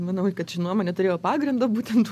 manau kad ši nuomonė turėjo pagrindo būtent